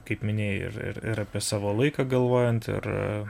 kaip minėjai ir ir apie savo laiką galvojant ir